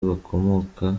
bakomoka